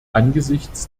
angesichts